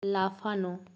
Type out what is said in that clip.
লাফানো